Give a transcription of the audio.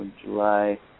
July